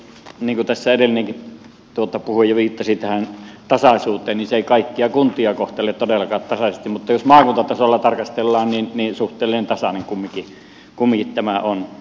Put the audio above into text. niin kuin tässä edellinenkin puhuja viittasi tähän tasaisuuteen se ei kaikkia kuntia kohtele todellakaan tasaisesti mutta jos maakuntatasolla tarkastellaan niin suhteellisen tasainen kumminkin tämä on